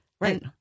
Right